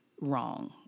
wrong